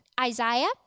Isaiah